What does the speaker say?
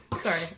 Sorry